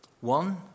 One